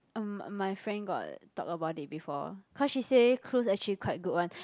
um my friend got talk about it before cause she say cruise actually quite good one